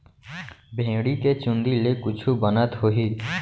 भेड़ी के चूंदी ले कुछु बनत होही?